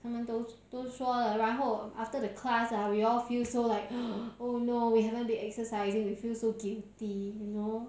他们都都多说了然后 after the class ah we all feel so like oh no we haven't been exercising we feel so guilty you know